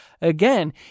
again